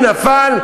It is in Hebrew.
הוא נפל.